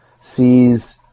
sees